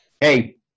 Hey